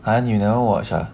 !huh! you never watch ah